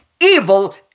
Evil